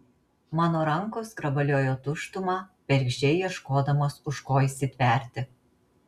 mano rankos grabaliojo tuštumą bergždžiai ieškodamos už ko įsitverti